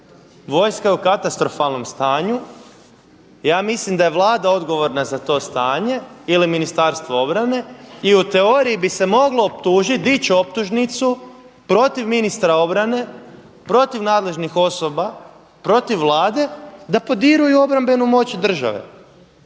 vojska je u katastrofalnom stanju. Ja mislim da je Vlada odgovorna za to stanje ili Ministarstvo obrane, i u teoriji bi se moglo optužiti, dići optužnicu protiv ministra obrane, protiv nadležnih osoba, protiv Vlade da podrivaju obrambenu moć države.